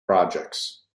projects